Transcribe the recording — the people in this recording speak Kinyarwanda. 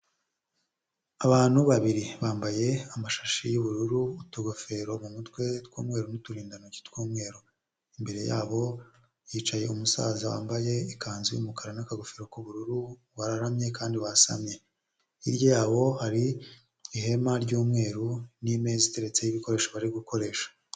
Abantu babiri bambaye amashashi y'ubururu, utugofero mu mutwe tw'umweru n'uturindantoki tw'umweru imbere yabo hicaye umusaza wambaye ikanzu y'umukara n'akagofero k'ubururu wararamye kandi wasamye hirya yaho hari ihema ry'umweru n'imeza iteretseho ibikoresho bari gukoresha.